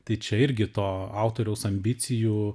tai čia irgi to autoriaus ambicijų